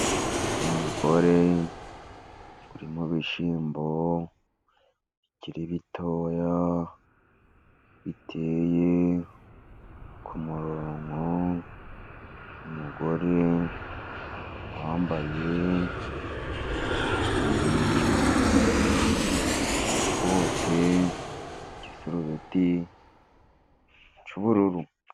Umugore uri mu bishyimbo bikiri bitoya, biteye ku murongo, umugore wambaye bote, igisurubeti cy'ubururu.